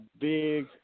big